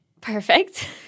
Perfect